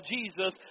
Jesus